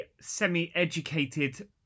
semi-educated